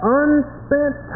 unspent